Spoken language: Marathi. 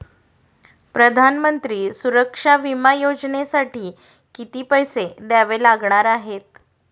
प्रधानमंत्री सुरक्षा विमा योजनेसाठी किती पैसे द्यावे लागणार आहेत?